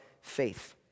faith